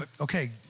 Okay